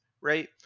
right